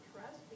trust